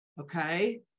Okay